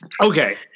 Okay